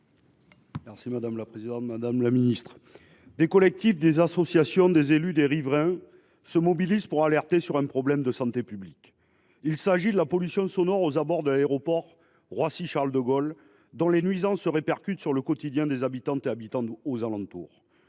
Madame la secrétaire d'État, des collectifs, des associations, des élus, des riverains se mobilisent pour alerter sur un problème de santé publique. Il s'agit de la pollution sonore aux abords de l'aéroport de Roissy-Charles-de-Gaulle, dont les nuisances se répercutent sur le quotidien des habitantes et habitants des alentours.